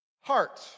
heart